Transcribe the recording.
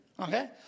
Okay